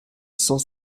cent